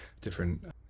different